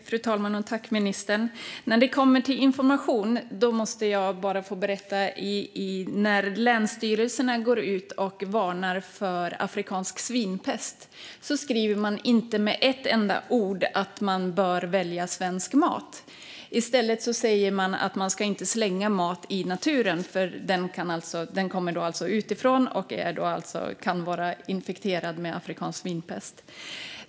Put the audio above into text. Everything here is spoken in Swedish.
Fru talman! När ministern nu nämner information måste jag få berätta hur det går till när länsstyrelserna går ut och varnar för afrikansk svinpest. De skriver inte med ett enda ord att man bör välja svensk mat. I stället säger de att man inte ska slänga mat - som kan komma utifrån - i naturen, eftersom den kan vara infekterad med afrikansk svinpest.